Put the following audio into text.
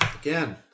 again